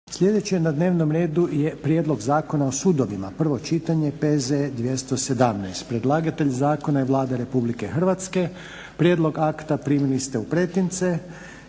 Sljedeće na dnevnom redu je –- Prijedlog Zakona o sudovima, prvo čitanje, P.Z. br. 217 Predlagatelj zakona je Vlada Republike Hrvatske. Prijedlog akta primili ste u pretince.